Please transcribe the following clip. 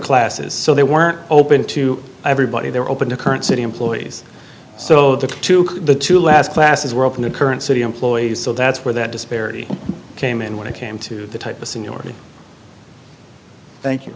classes so they weren't open to everybody they were open to current city employees so the two the two last classes were open to current city employees so that's where that disparity came in when it came to the type of seniority thank you